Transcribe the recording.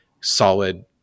solid